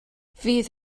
fydd